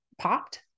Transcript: popped